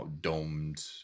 domed